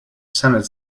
senate